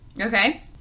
Okay